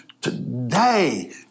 today